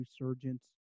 resurgence